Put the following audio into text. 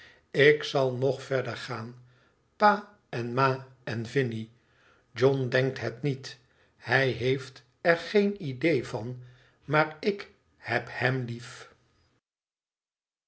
ik zal nog verder gaan pa en ma en vinie john denkt het niet hij heeft er geen idéé van maar ik h eb hem lief